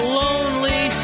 lonely